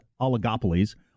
oligopolies